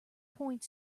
point